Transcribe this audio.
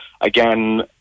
again